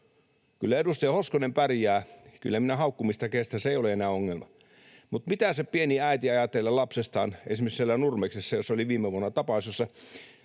Kyllä edustaja Hoskonen pärjää, kyllä minä haukkumista kestän, se ei ole enää ongelma, mutta mitä se pieni äiti ajattelee lapsestaan esimerkiksi siellä Nurmeksessa, jossa oli viime vuonna tapaus,